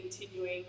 continuing